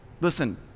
Listen